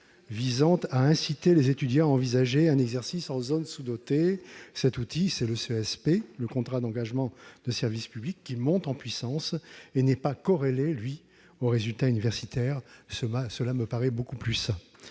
visant à inciter les étudiants à envisager un exercice en zone sous-dotée. Je pense au CESP, le contrat d'engagement de service public, qui monte en puissance et qui n'est pas corrélé, lui, aux résultats universitaires. Cela me paraît beaucoup plus sain.